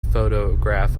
photograph